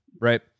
right